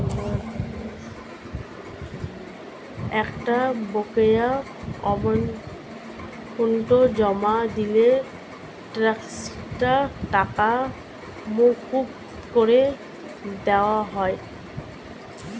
একটা বকেয়া অ্যামাউন্ট জমা দিলে ট্যাক্সের টাকা মকুব করে দেওয়া হয়